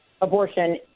abortion